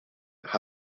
hugh